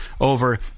over